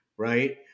right